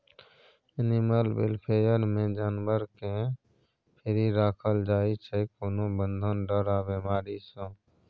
animal welfare मे जानबर केँ फ्री राखल जाइ छै कोनो बंधन, डर आ बेमारी सँ